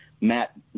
Matt